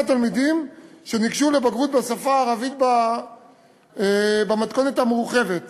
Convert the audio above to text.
התלמידים שניגשו לבגרות בשפה הערבית במתכונת המורחבת.